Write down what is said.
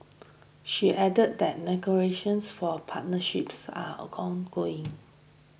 she added that for partnerships are a gone going